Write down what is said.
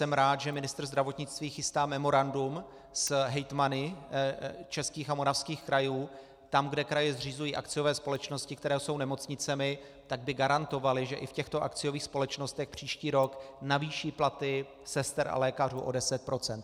A tady jsem rád, že ministr zdravotnictví chystá memorandum s hejtmany českých a moravských krajů, tam, kde kraje zřizují akciové společnosti, které jsou nemocnicemi, tak by garantovaly, že i v těchto akciových společnostech příští rok navýší platy sester a lékařů o 10 %.